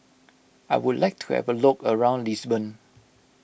I would like to have a look around Lisbon